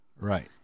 Right